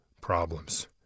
problems